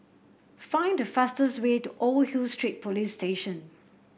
find the fastest way to Old Hill Street Police Station